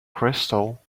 crystal